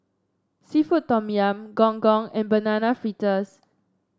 seafood Tom Yum Gong Gong and Banana Fritters